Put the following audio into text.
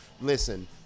Listen